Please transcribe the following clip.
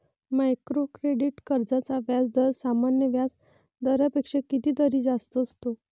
micro credit कर्जांचा व्याजदर सामान्य व्याज दरापेक्षा कितीतरी जास्त असतो